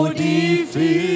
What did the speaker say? defeat